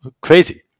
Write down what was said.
crazy